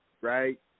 right